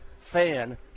fan